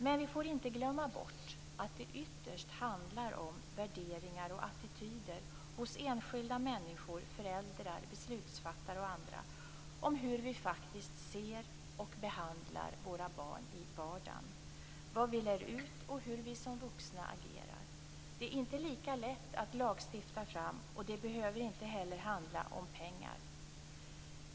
Men vi får inte glömma bort att det ytterst handlar om värderingar och attityder hos enskilda människor, föräldrar, beslutsfattare och andra, om hur vi faktiskt ser på och behandlar våra barn i vardagen, om vad vi lär ut och om hur vi som vuxna agerar. Det är inte lika lätt att lagstifta fram och det behöver inte heller handla om pengar.